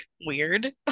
weird